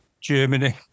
Germany